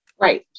Right